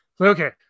okay